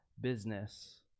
business